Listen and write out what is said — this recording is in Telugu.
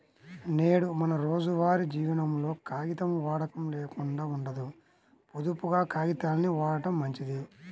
నేడు మన రోజువారీ జీవనంలో కాగితం వాడకం లేకుండా ఉండదు, పొదుపుగా కాగితాల్ని వాడటం మంచిది